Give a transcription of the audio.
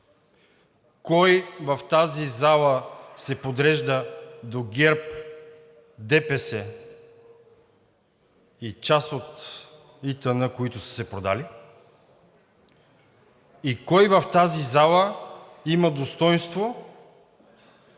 кой в тази зала се подрежда до ГЕРБ, ДПС и част от ИТН, които са се продали, и кой в тази зала има достойнство